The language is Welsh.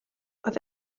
oedd